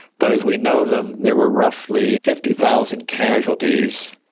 but as we know them there were roughly fifty thousand casualties,